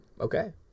okay